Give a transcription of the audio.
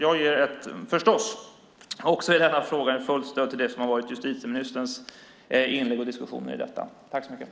Jag ger förstås också i denna fråga fullt stöd till det som justitieministern har sagt i sina inlägg i denna diskussion.